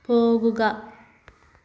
പോകുക